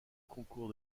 concours